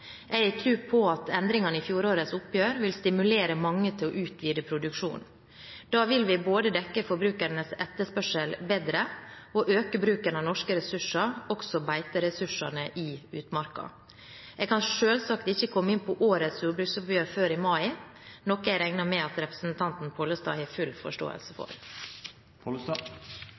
Jeg har tro på at endringene i fjorårets oppgjør vil stimulere mange til å utvide produksjonen. Da vil vi både dekke forbrukernes etterspørsel bedre og øke bruken av norske ressurser, også beiteressursene i utmarka. Jeg kan selvsagt ikke komme inn på årets jordbruksoppgjør før i mai, noe jeg regner med at representanten Pollestad har full forståelse